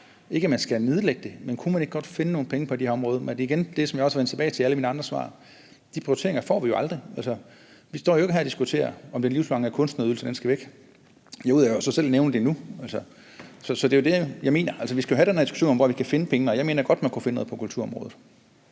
ikke, at man skal nedlægge det, men kunne man ikke godt finde nogle penge på det område? Men igen, som jeg også er vendt tilbage til i alle mine andre svar, så får vi jo aldrig de prioriteringer. Vi står jo ikke her og diskuterer, om den livslange kunstnerydelse skal væk. Nu har jeg så selv nævnt den nu. Men det er det, jeg mener: Vi skal have den diskussion om, hvor vi kan finde pengene. Og jeg mener godt, man kunne finde noget på kulturområdet.